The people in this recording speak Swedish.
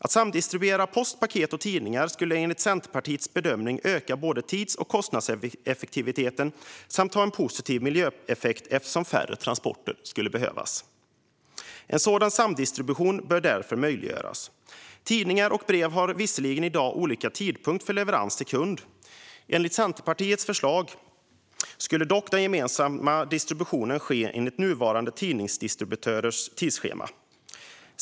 Att samdistribuera post, paket och tidningar skulle enligt Centerpartiets bedömning öka både tids och kostnadseffektiviteten samt ha en positiv miljöeffekt eftersom färre transporter skulle behövas. En sådan samdistribution bör därför möjliggöras. Tidningar och brev har visserligen i dag olika tidpunkt för leverans till kund. Enligt Centerpartiets förslag skulle dock den gemensamma distributionen ske enligt nuvarande tidningsdistributörers tidsschema.